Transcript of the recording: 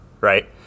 right